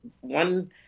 one